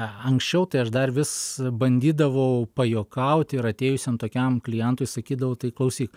anksčiau tai aš dar vis bandydavau pajuokauti ir atėjusiam tokiam klientui sakydavau tai klausyk